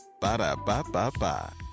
Ba-da-ba-ba-ba